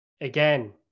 again